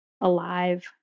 alive